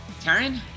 Taryn